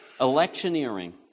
electioneering